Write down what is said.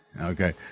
okay